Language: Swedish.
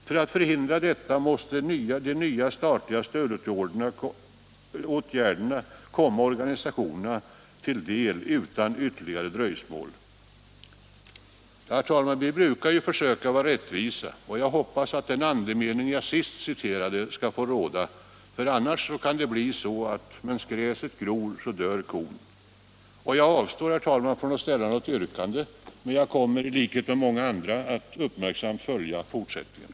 För att förhindra en sådan utveckling måste de nya statliga stödåtgärderna komma organisationerna till del utan ytterligare dröjsmål.” Vi brukar försöka vara rättvisa, och jag hoppas därför att andemeningen i det sist citerade får råda. Annars blir det väl så att medan gräset gror, så dör kon. Jag avstår från att ställa något yrkande, men jag kommer i likhet med många andra att uppmärksamt följa fortsättningen.